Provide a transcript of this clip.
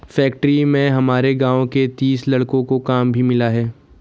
factory में हमारे गांव के तीस लड़कों को काम भी मिला है